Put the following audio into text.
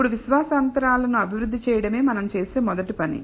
ఇప్పుడు విశ్వాస అంతరాలను అభివృద్ధి చేయడమే మనం చేసే మొదటి పని